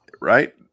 right